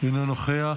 אינו נוכח,